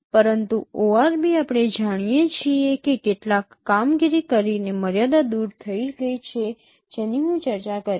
પરંતુ ORB આપણે જાણીએ છીએ કે કેટલાક કામગીરી કરીને મર્યાદા દૂર થઈ ગઈ છે જેની હું ચર્ચા કરીશ